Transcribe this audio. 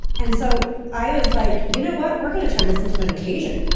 and so i was like you know what. we're going to turn this into an occasion.